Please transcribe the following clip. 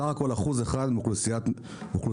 סך הכל 1% מאוכלוסיית המדינה.